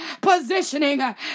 positioning